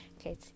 okay